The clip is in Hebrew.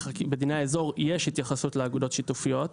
בדיני האזור יש התייחסות לאגודות שיתופיות,